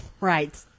Right